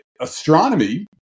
astronomy